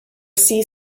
see